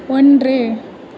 ஒன்று